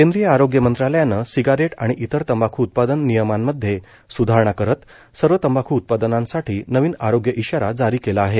केंद्रीय आरोग्य मंत्रालयानं सिगारेट आणि इतर तंबाखू उत्पादन नियमांमध्ये स्धारणा करत सर्व तंबाखू उत्पादनांसाठी नवीन आरोग्य इशारा जारी केला आहे